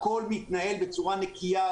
הכול מתנהל בצורה נקייה,